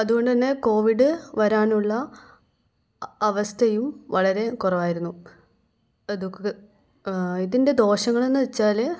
അതുകൊണ്ട് തന്നെ കോവിഡ് വരാനുള്ള അവസ്ഥയും വളരെ കുറവായിരുന്നു അതൊക്കെ ഇതിൻ്റെ ദോഷങ്ങളെന്ന് വെച്ചാൽ